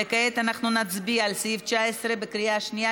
וכעת אנחנו נצביע על סעיף 19 בקריאה שנייה,